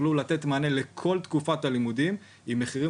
יוכלו לתת מענה לכל תקופת הלימודים עם מחירים